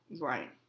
right